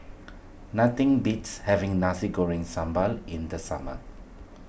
nothing beats having Nasi Goreng Sambal in the summer